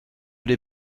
les